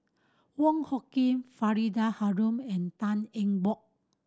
Wong Hung Khim Faridah Hanum and Tan Eng Bock